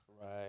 right